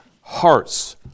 hearts